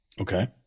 Okay